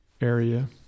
area